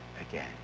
again